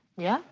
yeah.